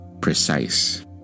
precise